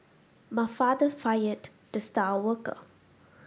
my father fired the star worker